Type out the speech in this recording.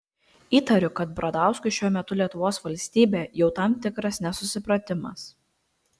įtariu kad bradauskui šiuo metu lietuvos valstybė jau tam tikras nesusipratimas